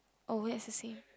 oh wait is the same